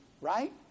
Right